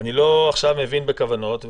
ואני לא מבין בכוונות.